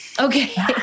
Okay